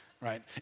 right